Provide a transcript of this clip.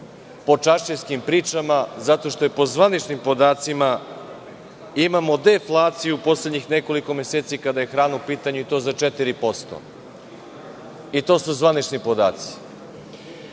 po čaršijskim pričama, zato što po zvaničnim podacima imamo deflaciju u poslednjih nekoliko meseci kada je hrana u pitanju i to za 4%. To su zvanični podaci. Kada